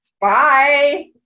Bye